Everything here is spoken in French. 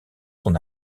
son